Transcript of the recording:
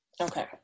Okay